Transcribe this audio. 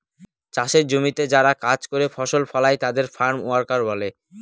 চাষের জমিতে যারা কাজ করে ফসল ফলায় তাদের ফার্ম ওয়ার্কার বলে